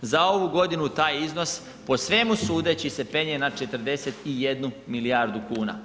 Za ovu godinu taj je iznos po svemu sudeći se penje na 41 milijardu kuna.